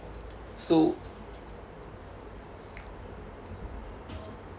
so